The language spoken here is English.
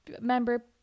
member